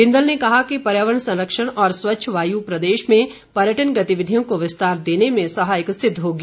बिंदल ने कहा कि पर्यावरण संरक्षण और स्वच्छ वायु प्रदेश में पर्यटन गतिविधियों को विस्तार देने में सहायक सिद्ध होगी